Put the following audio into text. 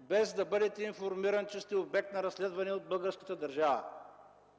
без да бъдете информиран, че сте обект на разследване от българската държава